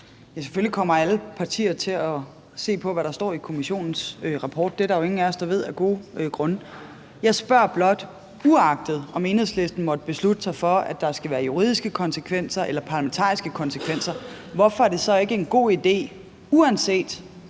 Selvfølgelig kommer alle partier til at se på, hvad der står i kommissionens rapport. Det er der jo ingen af os der ved, af gode grunde. Jeg spørger blot, uanset hvad Enhedslisten måtte beslutte sig for i forhold til juridiske konsekvenser eller parlamentariske konsekvenser, hvorfor det så ikke er en god idé at